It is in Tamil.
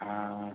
ஆ